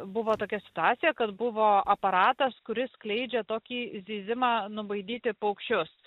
buvo tokia situacija kad buvo aparatas kuris skleidžia tokį zyzimą nubaidyti paukščius